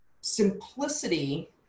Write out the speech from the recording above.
simplicity